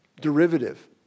derivative